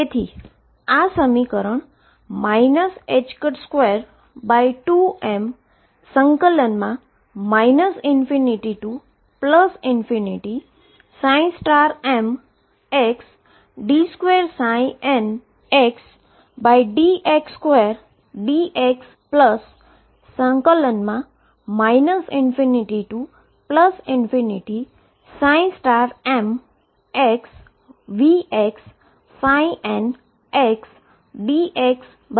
તેથી કે આ સમીકરણ 22m ∞md2ndx2dx ∞mVxndxEn ∞mxndx તરીકે લખી શકાય છે